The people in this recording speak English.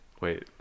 Wait